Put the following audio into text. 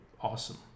awesome